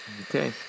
Okay